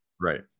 Right